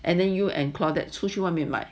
and then you and cladet 出去外面买